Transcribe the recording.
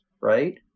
right